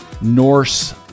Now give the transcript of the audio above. Norse